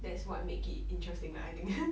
that's what make it interesting lah I think